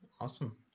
Awesome